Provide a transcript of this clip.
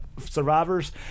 survivors